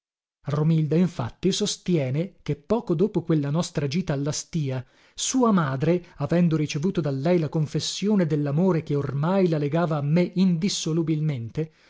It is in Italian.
romilda infatti sostiene che poco dopo quella nostra gita alla stìa sua madre avendo ricevuto da lei la confessione dellamore che ormai la legava a me indissolubilmente